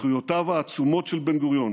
זכויותיו העצומות של בן-גוריון